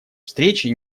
встречи